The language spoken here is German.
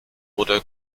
wurde